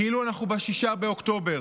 כאילו אנחנו ב-6 באוקטובר.